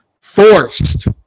forced